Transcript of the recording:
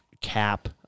cap